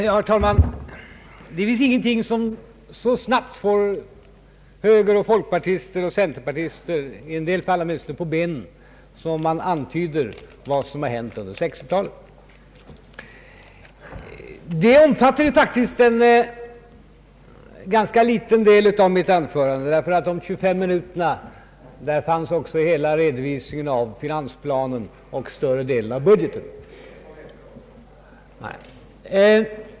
Herr talman! Det finns ingenting som så snabbt får högermän, folkpartister och centerpartister — i en del fall åtminstone — på benen som när man antyder vad som har hänt under 1960 talet. Vad jag sade om utvecklingen under 1960-talet omfattade dock faktiskt en ganska liten del av mitt anförande. Under de 25 minuterna hann jag också med en redovisning av hela finansplanen och större delen av budgeten.